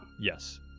Yes